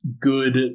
good